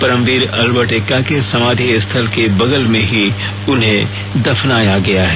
परमवीर अलबर्ट एक्का के समाधि स्थल के बगल में ही उन्हें दफनाया गया है